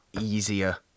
easier